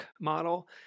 model